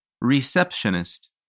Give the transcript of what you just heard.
Receptionist